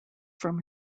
from